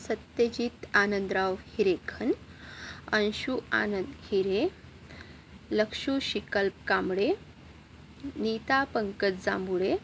Satyajit Anandrao Hirekhan Anshu Anand Hire Lakshu Shikal Kamble Neeta Pankaj Jambhule